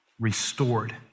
restored